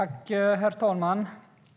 Herr talman!